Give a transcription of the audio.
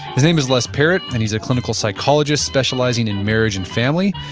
his name is les parrott and he's a clinical psychologist specializing in marriage and family.